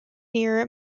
near